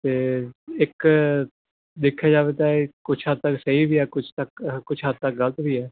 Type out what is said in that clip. ਅਤੇ ਇੱਕ ਦੇਖਿਆ ਜਾਵੇ ਤਾਂ ਇਹ ਕੁਛ ਹੱਦ ਤੱਕ ਸਹੀ ਵੀ ਆ ਕੁਛ ਹੱਦ ਤੱਕ ਗਲਤ ਵੀ ਹੈ